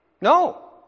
No